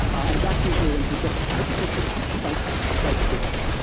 and that's usually when people start looking for something like like prefect.